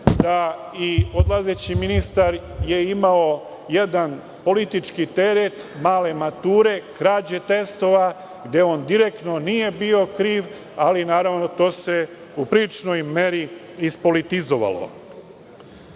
je i odlazeći ministar imao jedan politički teret male mature, krađe testova, gde on direktno nije bio kriv, ali naravno to se u priličnoj meri ispolitizovalo. Želim